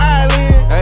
island